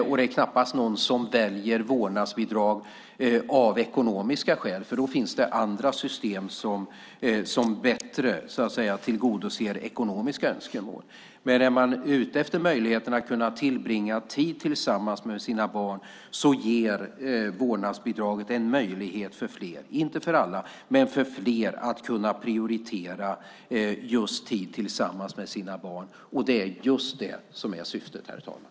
Och det är knappast någon som väljer vårdnadsbidrag av ekonomiska skäl, för då finns det andra system som bättre tillgodoser ekonomiska önskemål. Men är man ute efter möjligheten att tillbringa tid tillsammans med sina barn ger vårdnadsbidraget en möjlighet för fler, inte för alla, att prioritera tid tillsammans med sina barn. Och det är just det som är syftet, herr talman.